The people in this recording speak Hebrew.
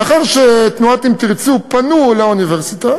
לאחר שתנועת "אם תרצו" פנו לאוניברסיטה,